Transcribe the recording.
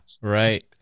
right